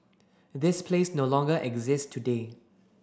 this place no longer exists today